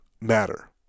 matter